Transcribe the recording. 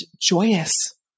joyous